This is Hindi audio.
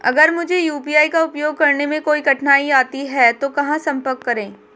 अगर मुझे यू.पी.आई का उपयोग करने में कोई कठिनाई आती है तो कहां संपर्क करें?